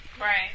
Right